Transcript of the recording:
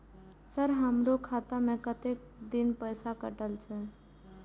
Sir हमारो खाता में कतेक दिन पैसा कटल छे?